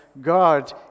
God